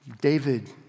David